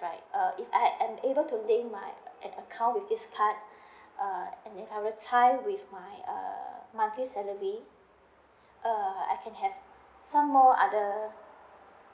right if I am able to link my an account with this card uh and I will tie with my uh monthly salary uh I can have some more other